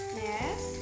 yes